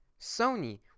Sony